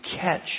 catch